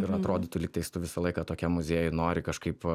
ir atrodytų lygtais tu visą laiką tokim muziejuj nori kažkaip